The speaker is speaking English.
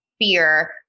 fear